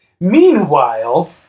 Meanwhile